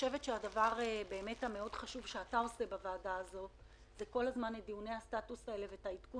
הדבר החשוב שאתה עושה בוועדה הזאת זה כל הזמן דיוני סטטוס והעדכון